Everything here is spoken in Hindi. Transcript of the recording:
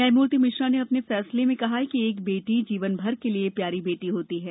न्यायमूर्ति मिश्रा ने अपने फैसले में कहा कि एक बेटी जीवन भर के लिए प्यारी बेटी होती है